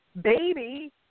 baby